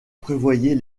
prévoyait